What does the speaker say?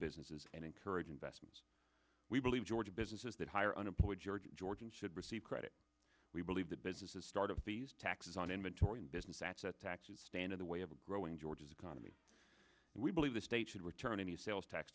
businesses and encourage investment we believe georgia businesses that hire unemployed george georgian should receive credit we believe that businesses start of these taxes on inventory and business that set taxes stand in the way of a growing george's economy and we believe the state should return any sales tax